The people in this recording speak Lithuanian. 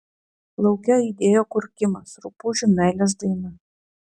lauke aidėjo kurkimas rupūžių meilės daina